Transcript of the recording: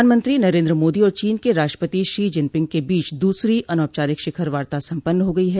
प्रधानमंत्री नरेन्द्र मोदी और चीन के राष्ट्रपति शी जिनपिंग के बीच दूसरी अनौपचारिक शिखर वार्ता सम्पन्न हो गई है